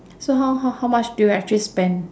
so how how how much do you actually spend